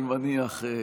אני מניח.